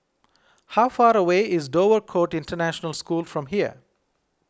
how far away is Dover Court International School from here